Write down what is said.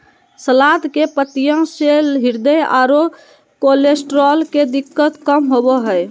सलाद के पत्तियाँ से हृदय आरो कोलेस्ट्रॉल के दिक्कत कम होबो हइ